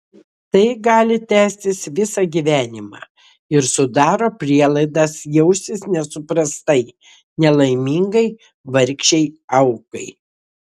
tai gali tęstis visą gyvenimą ir sudaro prielaidas jaustis nesuprastai nelaimingai vargšei aukai